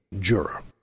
juror